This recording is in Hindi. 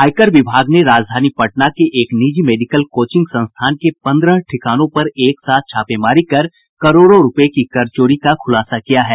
आयकर विभाग ने राजधानी पटना के एक निजी मेडिकल कोचिंग संस्थान के पंद्रह ठिकानों पर एक साथ छापेमारी कर करोड़ों रुपये की कर चोरी का खुलासा किया है